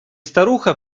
старуха